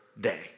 day